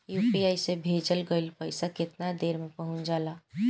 UPI से भेजल गईल पईसा कितना देर में पहुंच जाला?